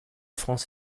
france